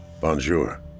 Bonjour